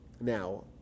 Now